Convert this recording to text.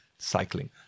cycling